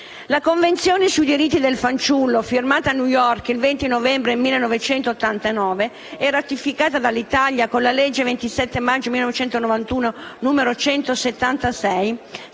La Convenzione sui diritti del fanciullo firmata a New York il 20 novembre 1989, ratificata dall'Italia con la legge 27 maggio 1991 n. 176,